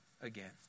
again